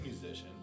musician